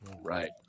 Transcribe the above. Right